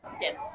Yes